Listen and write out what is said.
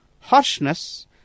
Harshness